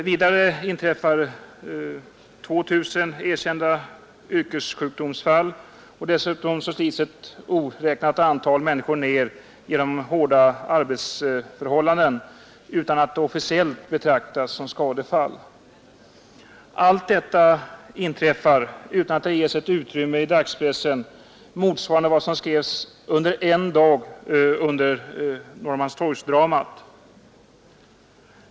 Vidare inträffar 2 000 erkända yrkessjukdomsfall, och dessutom bryts ett oräknat antal människor ner genom hårda arbetsförhållanden utan att det officiellt betraktas som skadefall. Allt detta inträffar utan att det ges ett utrymme i dagspressen motsvarande vad som skrevs en dag under Norrmalmstorgsdramat.